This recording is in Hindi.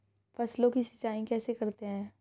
फसलों की सिंचाई कैसे करते हैं?